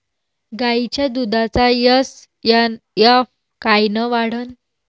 गायीच्या दुधाचा एस.एन.एफ कायनं वाढन?